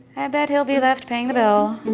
i bet he'll be left paying the bill.